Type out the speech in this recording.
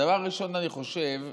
הדבר הראשון: אני חושב,